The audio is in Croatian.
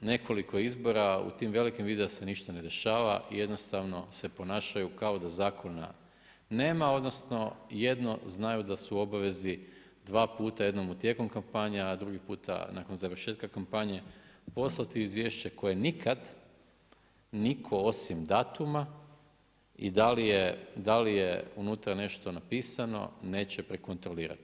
nekoliko izbora, u tim velikim … se ništa ne dešava i jednostavno se ponašaju kao da zakon nema, odnosno, jedno znaju da su u obvezi dva puta, jednom u tijeku kampanja, a drugi puta nakon završetka kampanje, poslati izvješće koje nikada nitko osim datuma i da li je unutra nešto napisano, neće prekontrolirati.